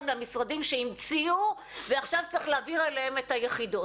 מהמשרדים שהמציאו ועכשיו צריך להעביר אליהם את היחידות.